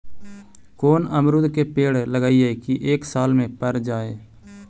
कोन अमरुद के पेड़ लगइयै कि एक साल में पर जाएं?